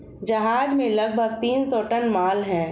जहाज में लगभग तीन सौ टन माल है